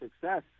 success